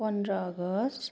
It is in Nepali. पन्ध्र अगस्ट